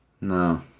no